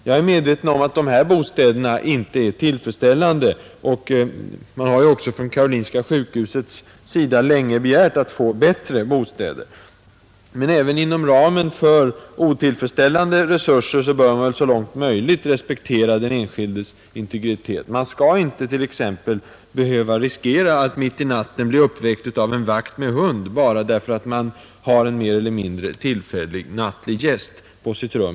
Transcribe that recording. Jag är medveten om att de aktuella bostäderna inte är tillfredsställande, och Karolinska sjukhuset har också länge begärt bättre bostäder, men även inom ramen för otillfredsställande resurser bör vi väl så långt möjligt respektera den enskildes integritet. Man skall t.ex. inte behöva riskera att mitt i natten bli uppväckt av en vakt med hund bara därför att man har en mer eller mindre tillfällig nattgäst på sitt rum.